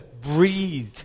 breathe